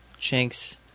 Chinks –